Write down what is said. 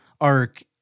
arc